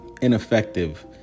Ineffective